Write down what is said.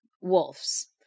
wolves